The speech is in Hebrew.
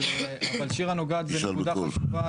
אבל שירה נוגעת בנקודה חשובה.